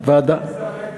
ועדה.